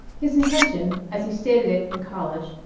his intention, as he stated it in college,